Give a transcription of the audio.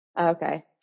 okay